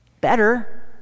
better